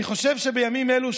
אני חושב שבימים אלו,